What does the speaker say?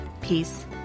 peace